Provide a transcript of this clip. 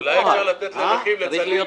אולי אפשר לתת לנכים לצלם.